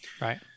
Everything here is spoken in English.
Right